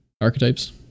archetypes